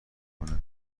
کنه